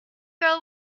girl